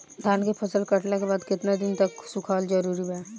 धान के फसल कटला के बाद केतना दिन तक सुखावल जरूरी बा?